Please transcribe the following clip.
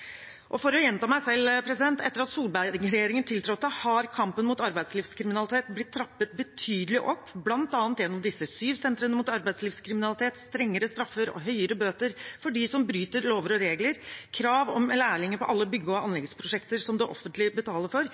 og det er vi godt fornøyd med. Og for å gjenta meg selv: Etter at Solberg-regjeringen tiltrådte, har kampen mot arbeidslivskriminalitet blitt trappet betydelig opp, bl.a. gjennom disse syv sentrene mot arbeidslivskriminalitet, strengere straffer og høyere bøter for dem som bryter lover og regler, og krav om lærlinger